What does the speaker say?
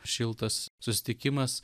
šiltas susitikimas